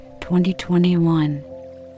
2021